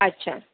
अच्छा